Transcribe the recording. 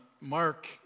mark